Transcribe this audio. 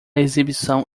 exibição